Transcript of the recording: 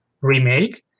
remake